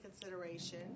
consideration